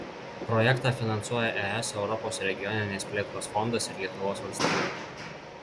projektą finansuoja es europos regioninės plėtros fondas ir lietuvos valstybė